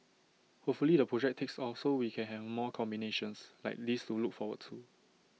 hopefully the project takes off so we can have more combinations like this to look forward to